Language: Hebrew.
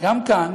וגם כאן